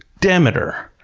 demeter,